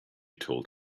told